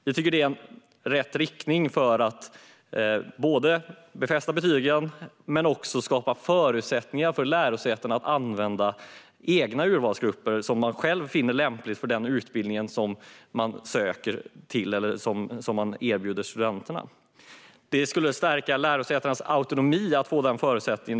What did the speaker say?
Vi tycker att det är rätt riktning för att befästa betygen men också för att skapa förutsättningar för lärosätena att använda de urvalsgrunder som de själva finner lämpliga för den utbildning som de erbjuder studenterna. Det skulle stärka lärosätenas autonomi att få den förutsättningen.